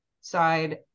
side